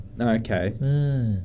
Okay